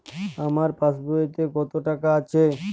আমার পাসবইতে কত টাকা আছে?